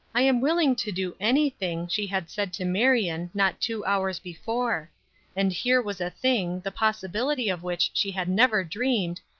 i am willing to do anything, she had said to marion, not two hours before and here was a thing, the possibility of which she had never dreamed,